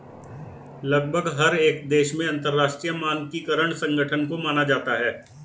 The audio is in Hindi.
लगभग हर एक देश में अंतरराष्ट्रीय मानकीकरण संगठन को माना जाता है